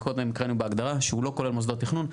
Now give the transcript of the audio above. מקודם הקראנו בהגדרה שהוא לא כולל מוסדות תכנון.